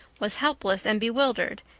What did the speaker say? was helpless and bewildered,